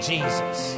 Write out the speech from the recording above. Jesus